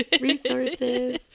resources